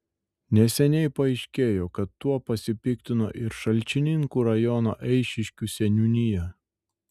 neseniai paaiškėjo kad tuo pasipiktino ir šalčininkų rajono eišiškių seniūnija